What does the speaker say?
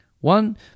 one